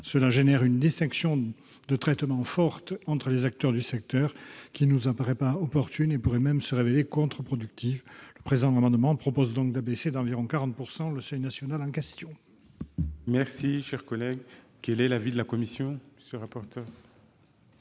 Cela crée une différence de traitement forte entre les acteurs du secteur, qui ne nous apparaît pas opportune et qui pourrait même se révéler contre-productive. Le présent amendement vise donc à abaisser d'environ 40 % le seuil national en question.